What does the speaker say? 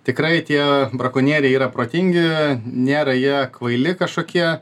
tikrai tie brakonieriai yra protingi nėra jie kvaili kažkokie